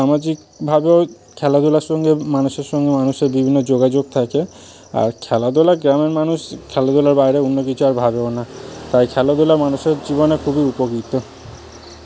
সামাজিকভাবেও খেলাধূলার সঙ্গে মানুষের সঙ্গে মানুষের বিভিন্ন যোগাযোগ থাকে আর খেলাধূলা গ্রামের মানুষ খেলাধূলার বাইরে অন্য কিছু আর ভাবেও না তাই খেলাধূলা মানুষের জীবনে খুবই উপকৃত